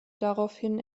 daraufhin